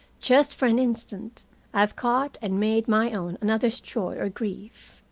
just for an instant, i have caught and made my own another's joy or grief.